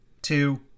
Two